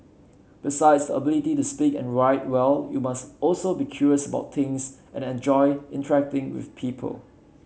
besides the ability to speak and write well you must also be curious about things and enjoy interacting with people